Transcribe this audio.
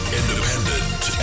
independent